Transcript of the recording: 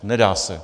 Nedá se.